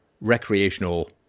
recreational